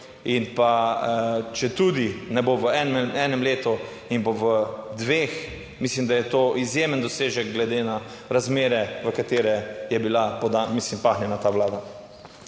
in pa četudi ne bo v enem letu in bo v dveh, mislim, da je to izjemen dosežek glede na razmere, v katere je bila, mislim, pahnjena ta vlada.